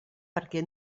perquè